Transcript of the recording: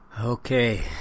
Okay